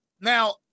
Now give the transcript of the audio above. Now